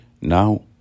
Now